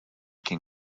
can